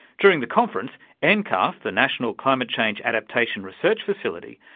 during the conference, and nccarf, the national climate change adaptation research facility,